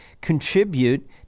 contribute